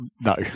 No